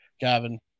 Gavin